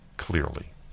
clearly